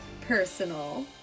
personal